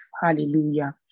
Hallelujah